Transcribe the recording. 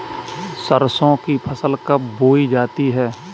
सरसों की फसल कब बोई जाती है?